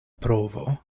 provo